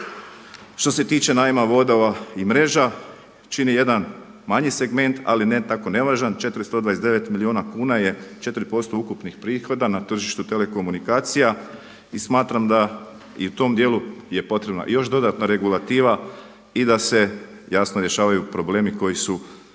Što se tiče najma vodova i mreža čini jedan manji segment ali ne tako nevažan 429 milijuna kuna je 4% ukupnih prihoda na tržištu telekomunikacija i smatram da je i u tom dijelu potrebna još dodatna regulativa i da se jasno rješavaju problemi koji su